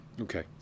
Okay